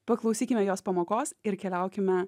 paklausykime jos pamokos ir keliaukime